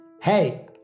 Hey